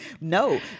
No